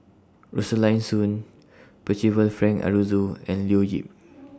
Rosaline Soon Percival Frank Aroozoo and Leo Yip